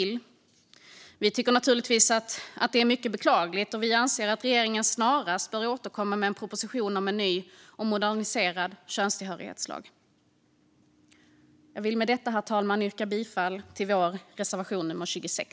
Det tycker vi är mycket beklagligt, och vi anser att regeringen snarast bör återkomma med en proposition om en ny och moderniserad könstillhörighetslag. Med detta, herr talman, vill jag yrka bifall till reservation nummer 26.